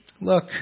Look